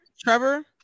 Trevor